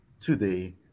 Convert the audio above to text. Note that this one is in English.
today